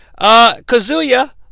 Kazuya